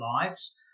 lives